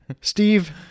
Steve